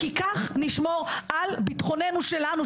כי כך נשמור על ביטחוננו שלנו,